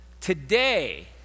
Today